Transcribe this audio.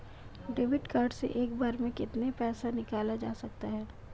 Debit card से एक बार में कितना पैसा निकाला जा सकता है?